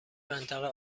منطقه